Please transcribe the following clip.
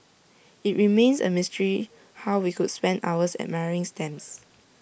IT remains A mystery how we could spend hours admiring stamps